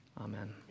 Amen